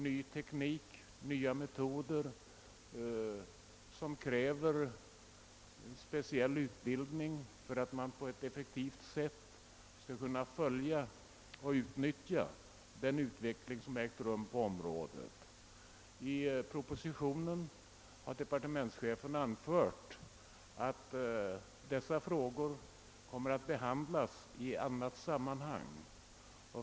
Ny teknik och nya metoder kräver speciell utbildning för att man på ett effektivt sätt skall kunna följa och utnyttja den utveckling som äger rum på området. I propositionen har departementschefen anfört att dessa frågor kommer att behandlas i annat sammanhang.